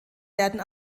werden